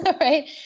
right